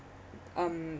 um